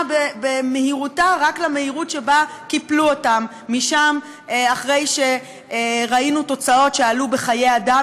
במהירותה רק למהירות שקיפלו אותם משם אחרי שראינו תוצאות שעלו בחיי אדם,